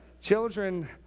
Children